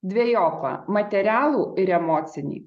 dvejopą materialų ir emocinį